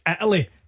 Italy